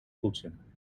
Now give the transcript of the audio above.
poetsen